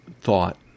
thought